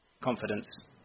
confidence